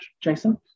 Jason